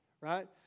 right